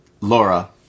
Laura